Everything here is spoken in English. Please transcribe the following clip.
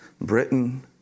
Britain